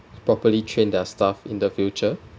properly train their staff in the future